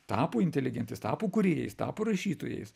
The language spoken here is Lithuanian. tapo inteligentais tapo kūrėjais tapo rašytojais